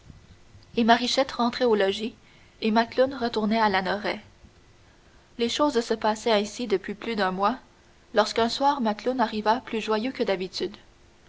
et marichette rentrait au logis et macloune retournait à lanoraie les choses se passaient ainsi depuis plus d'un mois lorsqu'un soir macloune arriva plus joyeux que d'habitude